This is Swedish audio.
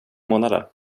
månader